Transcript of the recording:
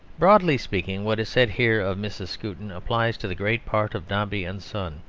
broadly speaking, what is said here of mrs. skewton applies to the great part of dombey and son,